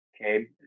okay